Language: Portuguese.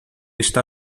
está